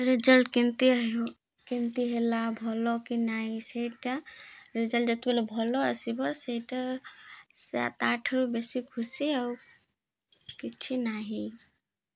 result କେମିତି କେମିତି ହେଲା ଭଲ କି ନାହିଁ ସେଇଟା ରେଜଲ୍ଟ ଯେତେବେଲେ ଭଲ ଆସିବ ସେଇଟା ସେ ତା'ଠାରୁ ବେଶୀ ଖୁସି ଆଉ କିଛି ନାହିଁ